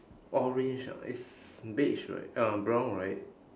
orange ah it's beige right um brown right